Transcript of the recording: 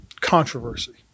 controversy